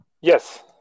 Yes